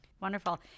Wonderful